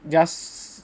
just